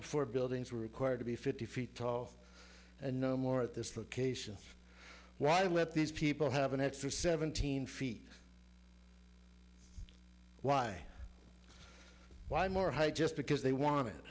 before buildings were required to be fifty feet tall and no more at this location why let these people have an extra seventeen feet why why more high just because they want